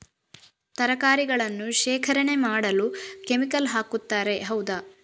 ತರಕಾರಿಗಳನ್ನು ಶೇಖರಣೆ ಮಾಡಲು ಕೆಮಿಕಲ್ ಹಾಕುತಾರೆ ಹೌದ?